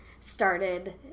started